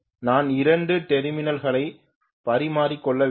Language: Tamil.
நான் இரண்டு டெர்மினல்களை பரிமாறிக்கொள்ள வேண்டும்